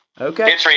Okay